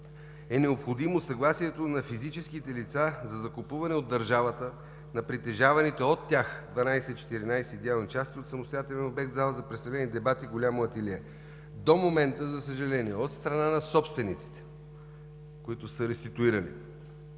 е необходимо съгласието на физическите лица за закупуване от държавата на притежаваните от тях 12/14 идеални части от самостоятелен обект – зала за представления и дебати, и голямо ателие. До момента, за съжаление, от страна на собствениците, които са реституирани,